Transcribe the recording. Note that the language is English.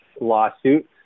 lawsuit